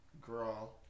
Girl